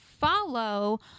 follow